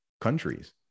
countries